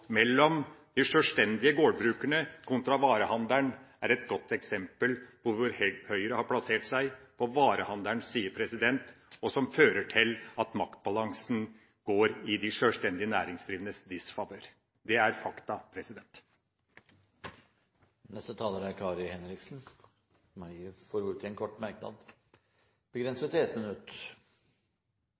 mellom de sjølstendige gårdbrukerne kontra varehandelen er et godt eksempel på hvor Høyre har plassert seg, nemlig på varehandelens side, noe som fører til at maktbalansen går i de sjølstendig næringsdrivendes disfavør. Det er fakta. Kari Henriksen har hatt ordet to ganger tidligere og får ordet til en kort merknad, begrenset til 1 minutt.